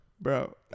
bro